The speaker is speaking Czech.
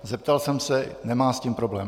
Zeptal jsem se nemá s tím problém.